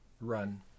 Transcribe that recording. run